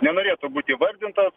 nenorėtų būt įvardintas